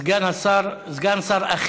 סגן שר אחר,